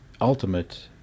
ultimate